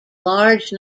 large